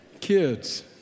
Kids